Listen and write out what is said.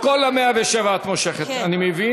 107. אם כן, את כל 107 את מושכת, אני מבין.